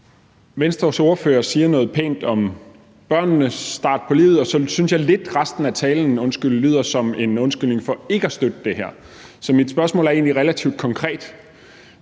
Venstres ordfører siger noget pænt om børnenes start på livet, og så synes jeg lidt, at resten af talen lyder som en undskyldning for ikke at støtte det her. Så mit spørgsmål er egentlig relativt konkret: